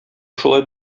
шулай